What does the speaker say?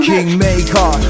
Kingmaker